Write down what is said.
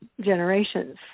generations